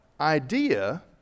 idea